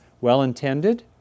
well-intended